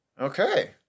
Okay